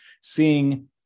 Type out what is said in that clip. seeing